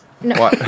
No